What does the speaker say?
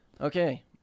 Okay